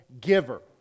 giver